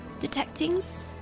detectings